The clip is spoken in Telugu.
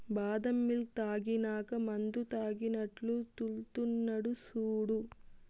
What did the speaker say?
బాదం మిల్క్ తాగినాక మందుతాగినట్లు తూల్తున్నడు సూడు